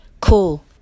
Cool